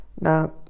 Now